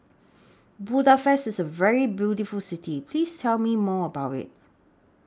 Budapest IS A very beautiful City Please Tell Me More about IT